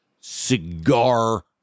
cigar